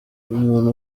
umuntu